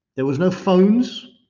there was no phones.